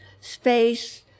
space